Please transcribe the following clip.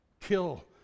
kill